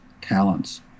talents